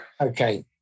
Okay